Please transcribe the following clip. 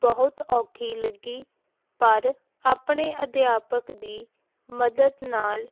ਬਹੁਤ ਔਖੀ ਲੱਗੀ ਪਰ ਆਪਣੇ ਅਧਿਆਪਕ ਦੀ ਮਦਦ ਨਾਲ